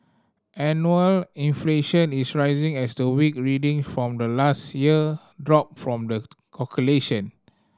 annual inflation is rising as the weak reading from the last year drop from the calculation